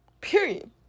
Period